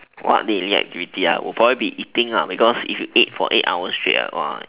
what daily activity are would probably be eating because if you ate for eight hours straight